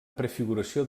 prefiguració